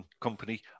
company